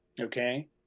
Okay